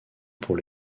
pour